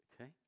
Okay